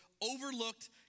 overlooked